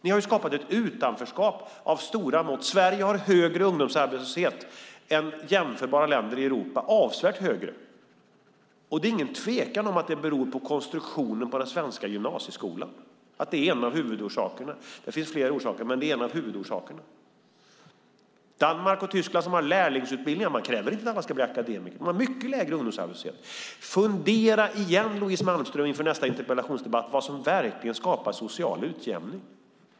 Ni har skapat ett utanförskap av stora mått. Sverige har avsevärt högre ungdomsarbetslöshet än jämförbara länder i Europa. Det råder inget tvivel om att det beror på konstruktionen av den svenska gymnasieskolan. Det finns fler orsaker, men det är en av huvudorsakerna. Danmark och Tyskland har lärlingsutbildningar. Där krävs det inte att man ska bli akademiker. De har mycket lägre ungdomsarbetslöshet. Fundera igen, Louise Malmström, inför nästa interpellationsdebatt om vad som verkligen skapar social utjämning!